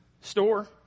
store